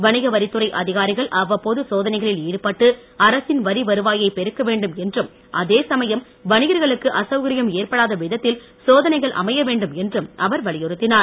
வணிக வரித்துறை அதிகாரிகள் அவ்வப்போது சோதனைகளில் ஈடுபட்டு அரசின் வரி வருவாயை பெருக்க வேண்டும் என்றும் அதேசமயம் வணிகர்களுக்கு அசவுகரியம் ஏற்படாத விதத்தில் சோதனைகள்அமையவேண்டும் என்றும் அவர் வலியுறுத்தினார்